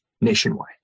nationwide